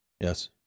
Yes